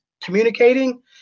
communicating